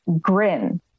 grin